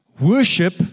Worship